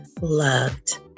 loved